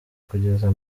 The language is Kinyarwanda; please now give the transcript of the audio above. kugeza